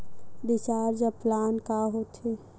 Recharge plan का होथे?